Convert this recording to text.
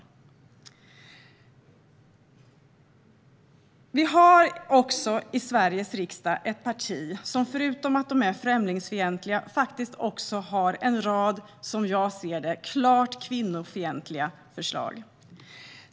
Det finns också i Sveriges riksdag ett parti som förutom att de är främlingsfientliga faktiskt har en rad - som jag ser det - klart kvinnofientliga förslag.